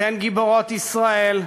אתן גיבורות ישראל.